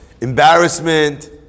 embarrassment